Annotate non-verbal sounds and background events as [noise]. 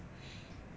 [breath]